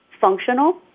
functional